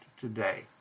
today